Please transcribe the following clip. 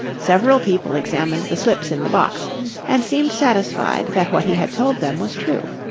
several people examined the slips in the box and seemed satisfied that what he had told them was true.